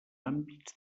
àmbits